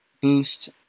Boost